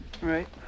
Right